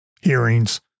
hearings